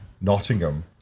Nottingham